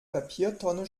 papiertonne